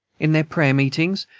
in their prayer-meetings.